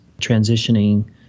transitioning